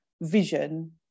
vision